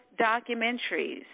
documentaries